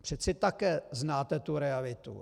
Přece také znáte tu realitu.